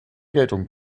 geltung